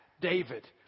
david